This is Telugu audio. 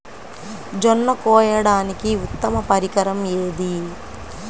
జొన్న కోయడానికి ఉత్తమ పరికరం ఏది?